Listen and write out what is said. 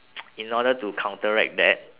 in order to counteract that